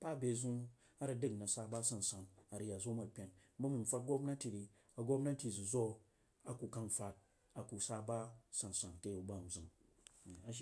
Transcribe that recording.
ba bezan arag dəg naead sa ba sansan arag ya zo mari oeniba mai neak gwamnaty ri a gwamnaty zo a ku kang tud a kusu ba sam san ake yoy ba m zimia